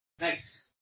Nice